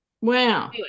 Wow